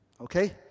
Okay